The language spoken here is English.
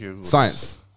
Science